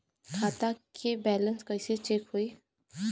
खता के बैलेंस कइसे चेक होई?